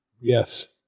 Yes